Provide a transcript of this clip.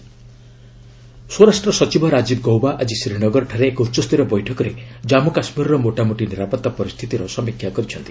home secretary କେ କେ ସ୍ୱରାଷ୍ଟ୍ର ସଚିବ ରାଜୀବ ଗୌବା ଆଜି ଶ୍ରୀନଗରଠାରେ ଏକ ଉଚ୍ଚସ୍ତରୀୟ ବୈଠକରେ କାଞ୍ମୁ କାଶ୍କୀରର ମୋଟା ମୋଟି ନିରାପତ୍ତା ପରିସ୍ଥିତିର ସମୀକ୍ଷା କରିଛନ୍ତି